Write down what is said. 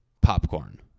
popcorn